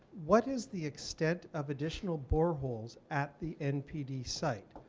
what is the extent of additional boreholes at the npd site,